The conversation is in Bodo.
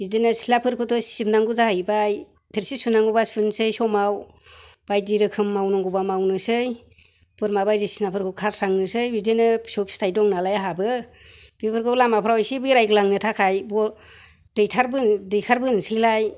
बिदिनो सिथ्लाफोरखौथ' सिबनांगौ जाहैबाय थोरसि सुनांगौबा सुनोसै समाव बायदि रोखोम मावनांगौबा मावनोसै बोरमा बायदिसिनाफोरखौ खास्रांनोसै बिदिनो फिसौ फिथाइ दं नालाय आंहाबो बेफोरखौ लामाफोराव इसे बेरायग्लांनो थाखायबो दैखारबोनोसैलाय